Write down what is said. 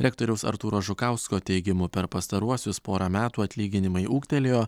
rektoriaus artūro žukausko teigimu per pastaruosius porą metų atlyginimai ūgtelėjo